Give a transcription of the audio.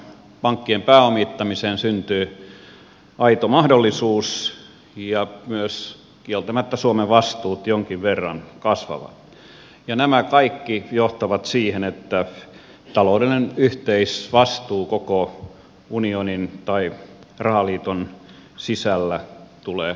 pankkien pääomittamiseen syntyy aito mahdollisuus ja myös kieltämättä suomen vastuut jonkin verran kasvavat ja nämä kaikki johtavat siihen että taloudellinen yhteisvastuu koko unionin tai rahaliiton sisällä tulee kasvamaan